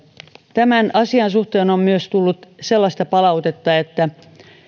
tämän asian suhteen on myös tullut sellaista palautetta että